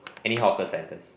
any hawker centres